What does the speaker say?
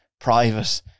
private